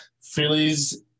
Phillies